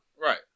Right